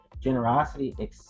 Generosity